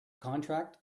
contract